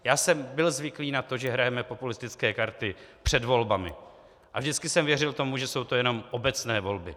Já jsem byl zvyklý na to, že hrajeme populistické karty před volbami, a vždycky jsem věřil tomu, že jsou to jenom obecné volby.